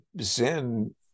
zen